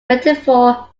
metaphor